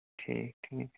ٹھیٖک ٹھیٖک